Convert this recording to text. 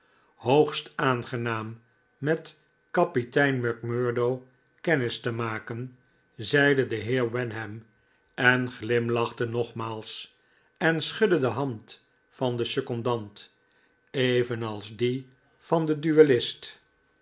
hoogst aangenaam met kapitein macmurdo kennis te maken zeide de heer wenham en glimlachte nogmaals en schudde de hand van den secondant evenals die van den